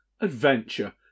adventure